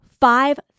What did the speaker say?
five